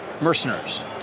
mercenaries